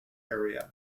area